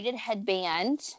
headband